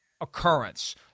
occurrence